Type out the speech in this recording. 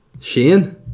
Shane